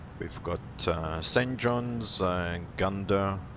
we've got st johns and gander,